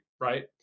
right